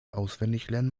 auswendiglernen